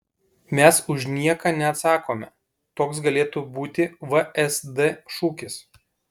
mes už nieką neatsakome toks galėtų būti vsd šūkis